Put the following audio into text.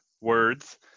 words